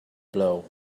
blow